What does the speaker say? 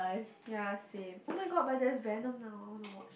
yea same oh-my-god but there is Venom now no watch